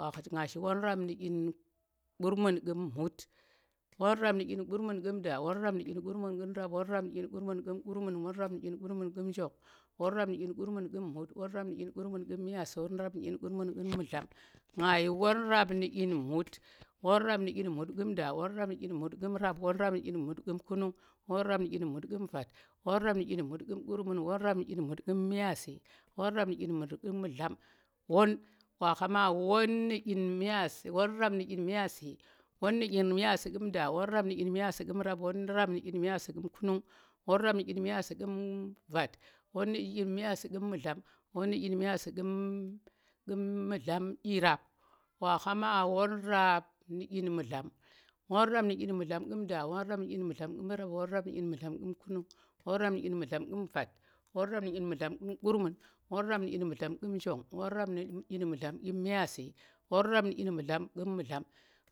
Nga shi won rap nu̱ ɗiyin gurmun ƙu̱m mut, won rap nu̱ ɗyin gurmun ƙu̱m da, won rap nu̱ ɗyin gurmun ƙu̱m rap. won rap nu̱ ɗyin gurmun ƙu̱m kurmun, won rap nu̱ ɗyin gurmun ƙu̱m njong, won rap nu̱ ɗyin gurmun ƙu̱m mut, won rap nu̱ ɗyin gurmun ƙu̱m myaasi, won rap nu̱ ɗyin gurmun ƙu̱m mudlam, nga yi won rap nu̱ ɗyin mut, won rap nu̱ ɗyin mut ƙu̱m da, won rap nu̱ ɗyin mut ƙu̱m rap, won rap nu̱ ɗyin mut ƙu̱m kunung, won rap nu̱ ɗyin mut ƙu̱m vat, won rap nu̱ ɗyin mut ƙu̱m gurmun, won rap nu̱ ɗyin mut ƙu̱m myaasi, won rap nu̱ ɗyin mut ƙu̱m mu̱dlam, won, wa khama won nu̱ ɗyin myaasi, won rap nu̱ ɗyin myaasi. nga yo won rap nu̱ ɗyin mut, won rap nu̱ ɗyin mut ƙu̱m da, won rap nu̱ ɗyin mut ƙu̱m rap, won rap nu̱ ɗyin mut ƙu̱m kunung won rap nu̱ ɗyin mut ƙu̱m vat, won rap nu̱ ɗyin mut ƙu̱m gurmun, won rap nu̱ ɗyin mut ƙu̱m njong, won rap nu̱ ɗyin mut ƙu̱m mut, won rap nu̱ ɗyin mut ƙu̱m myaasi, won rap nu̱ ɗyin mut ƙu̱m mu̱dlam, won rap nu̱ ɗyin mut ƙu̱m myaasi, won rap nu̱ ɗyin mut ƙu̱m mu̱dlam wa khama won rap nu̱ ɗyin myaasi, won rap nu̱ ɗyin myaasi ƙu̱m da, won rap nu̱ ɗyin myaasi ƙu̱m rap, won rap nu̱ ɗyin myaasi ƙu̱m kumung, won rap nu̱ ɗyin myaasi ƙu̱m vat, won rap nu̱ ɗyin myaasi ƙu̱m mu̱dlam, won nu̱ ɗyin myaasi ƙu̱m mu̱dlam, wa khama won rap nu̱ ɗyin mu̱dlam won rap nu̱ ɗyin mu̱dlam ƙu̱m da, won rap nu̱ ɗyin mu̱dlam ƙu̱m rap, won rap nu̱ ɗyin mu̱dlam ƙu̱m kunung, won rap nu̱ ɗyin mu̱dlam ƙu̱m vat, won rap nu̱ ɗyin mu̱dlam ƙu̱m gurmun, won rap nu̱ ɗyin mu̱dlam ƙu̱m njong, won rap nu̱ ɗyin mudlam kum myaasi, won rap nu̱ ɗyin mu̱dlam ƙu̱m mu̱dlam,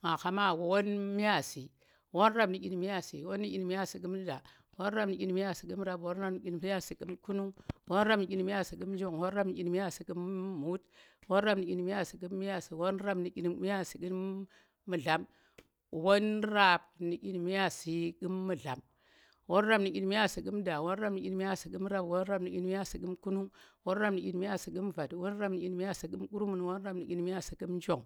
wa khama won myaasi, won rap nu dyin myaasi, won nu myaasi kum da. won rap nu dyin myaasi rap. won rap nu dyin myaasi kum kunung. won rap nu dyin myaasi kun njong, won rap nu dyin myaasi kum muy, won rap nu dyin myaasi kum myaasi, won rap nu dyin myaasi kum mudlam, won rap nu dyin myaasi kum myaasi, won rap nu dyin myaasi kum da. won rap nu dyin myaasi kum kunung, won rap nu dyin myaasi kum vat, won rap nu dyin myaasi kum kurmun, won rap nu dyin myaasi kum njong.